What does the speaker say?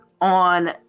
on